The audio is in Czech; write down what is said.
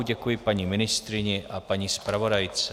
Děkuji paní ministryni a paní zpravodajce.